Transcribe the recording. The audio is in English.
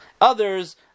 others